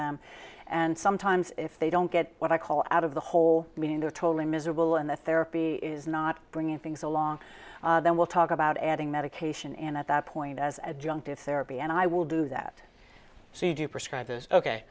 them and sometimes if they don't get what i call out of the whole meeting they're totally miserable and the therapy is not bringing things along then we'll talk about adding medication and at that point as a junkie of therapy and i will do that see do prescribe is ok